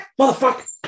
Motherfucker